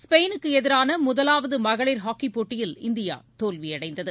ஸ்பெயினக்கு எதிரான முதலாவது மகளிர் ஹாக்கிப் போட்டயில் இந்தியா தோல்வியடைந்தது